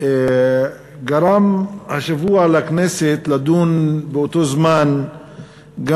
גרם השבוע לכנסת לדון באותו זמן גם